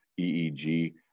EEG